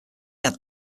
had